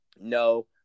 No